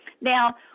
now